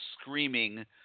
screaming –